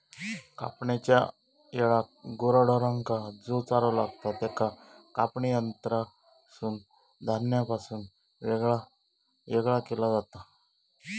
कापणेच्या येळाक गुरा ढोरांका जो चारो लागतां त्याका कापणी यंत्रासून धान्यापासून येगळा केला जाता